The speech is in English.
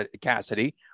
Cassidy